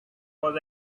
was